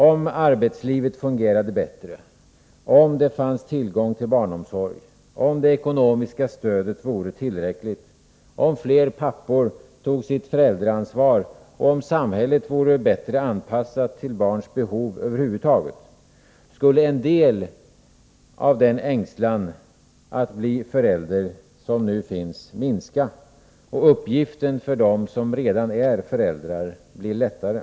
Om arbetslivet fungerade bättre, om det fanns tillgång till barnomsorg, om det ekonomiskä stödet var tillräckligt, om fler pappor tog sitt föräldraansvar och om samhället var bättre anpassat till barns behov över huvud taget, då skulle en del av den ängslan för att bli förälder som nu finns minska och uppgiften för dem som redan är föräldrar bli lättare.